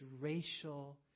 racial